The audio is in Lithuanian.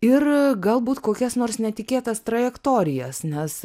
ir galbūt kokias nors netikėtas trajektorijas nes